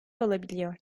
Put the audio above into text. olabiliyor